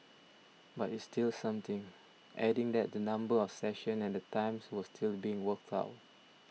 but it's still something adding that the number of sessions and the times were still being worked out